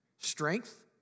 Strength